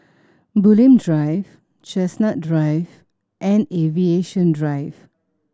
Bulim Drive Chestnut Drive and Aviation Drive